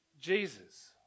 jesus